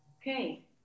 Okay